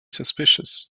suspicious